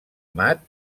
mat